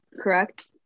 correct